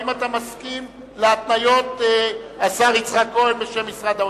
האם אתה מסכים להתניות של השר יצחק כהן בשם משרד האוצר?